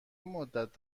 مدت